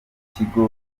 kigo